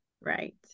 Right